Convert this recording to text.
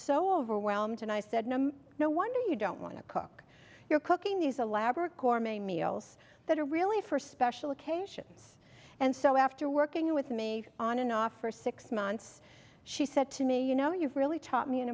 so overwhelmed and i said no no wonder you don't want to cook your cooking these elaborate meals that are really for special occasions and so after working with me on and off for six months she said to me you know you've really taught me an